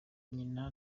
nyina